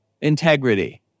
integrity